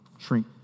shrink